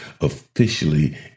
officially